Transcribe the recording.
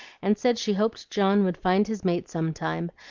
and said she hoped john would find his mate some time,